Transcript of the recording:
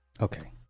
Okay